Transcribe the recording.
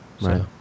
right